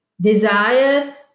desire